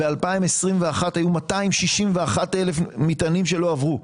ב-2021 היו 261,000 מטענים שלא עברו.